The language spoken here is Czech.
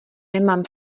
nemám